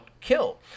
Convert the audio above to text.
kill